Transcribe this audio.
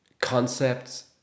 concepts